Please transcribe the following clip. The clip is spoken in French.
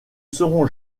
serons